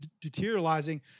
deteriorating